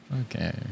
Okay